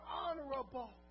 honorable